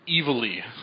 evilly